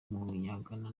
w’umunyagana